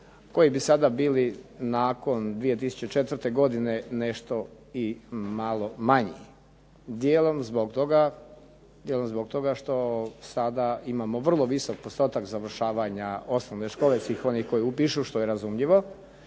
koji bi sada bili nakon 2004. godine nešto i malo manji. Dijelom zbog toga što sada imamo vrlo visok postotak završavanja osnovne škole svih onih koji upišu što je razumljivo.